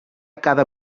cada